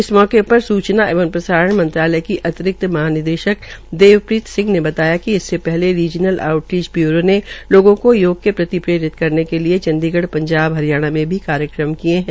इस मौके पर सूचना एवं प्रसारण मंत्रालय की अतिरिक्त महानिदेशक देवप्रीत सिंह ने बताया कि इससे पहले रीज़नल आउटरीच ब्यूरो ने लोगों को योग के प्रति प्रेरित करने के लिये चंडीगढ़ पंजाब हरियाणा में भी कार्यक्रम करवाये है